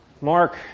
Mark